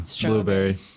Blueberry